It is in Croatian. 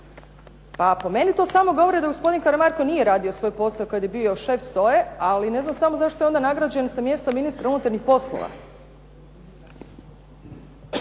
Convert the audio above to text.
Pa po meni samo govori da gospodin Karamarko nije radio svoj posao kada je bio šef SOA-e, ali ne znam zašto je onda nagrađen sa mjestom ministra unutarnjih poslova.